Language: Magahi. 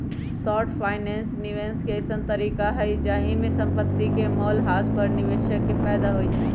शॉर्ट फाइनेंस निवेश के अइसँन तरीका हइ जाहिमे संपत्ति के मोल ह्रास पर निवेशक के फयदा होइ छइ